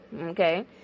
okay